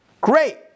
great